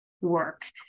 work